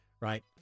right